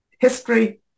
History